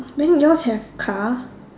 then yours have car